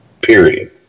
period